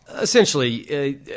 Essentially